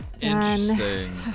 Interesting